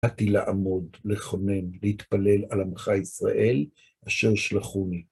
באתי לעמוד, לכונן, להתפלל על עמך ישראל, אשר שלחוני.